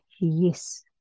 yes